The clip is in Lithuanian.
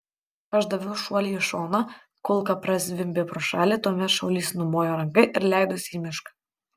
aš daviau šuolį į šoną kulka prazvimbė pro šalį tuomet šaulys numojo ranka ir leidosi į mišką